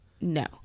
No